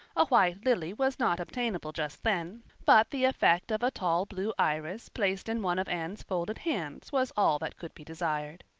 a white lily was not obtainable just then, but the effect of a tall blue iris placed in one of anne's folded hands was all that could be desired.